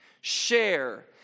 share